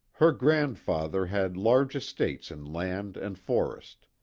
her grandfather had large estates in land and forest.